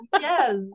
Yes